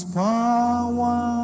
power